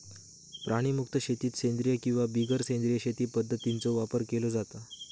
प्राणीमुक्त शेतीत सेंद्रिय किंवा बिगर सेंद्रिय शेती पध्दतींचो वापर केलो जाता